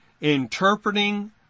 Interpreting